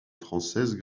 française